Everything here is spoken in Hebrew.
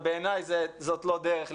אבל בעיניי זאת לא דרך להתנהל.